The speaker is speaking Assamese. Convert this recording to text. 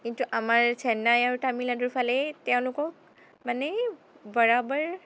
কিন্তু আমাৰ চেন্নাই আৰু তামিলনাডুৰ ফালে তেওঁলোকক মানে বৰাবৰ